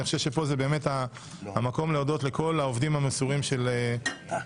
ואני חושב שפה זה המקום להודות לכל העובדים המסורים של המרכז.